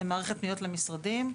מערכת פניות למשרדים.